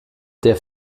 der